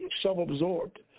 self-absorbed